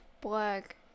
Black